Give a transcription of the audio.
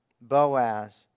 Boaz